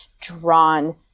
drawn